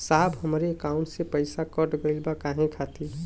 साहब हमरे एकाउंट से पैसाकट गईल बा काहे खातिर?